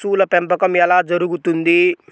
పశువుల పెంపకం ఎలా జరుగుతుంది?